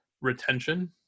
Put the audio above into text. retention